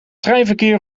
treinverkeer